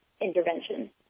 intervention